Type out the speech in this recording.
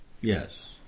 Yes